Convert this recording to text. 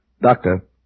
Doctor